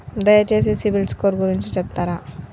దయచేసి CIBIL score గురించి చెప్తరా?